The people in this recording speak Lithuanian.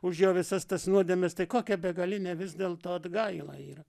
už jo visas tas nuodėmes tai kokia begalinė vis dėlto atgaila yra